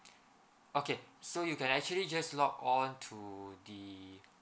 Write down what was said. okay so you can actually just log on to the